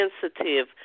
sensitive